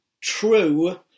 true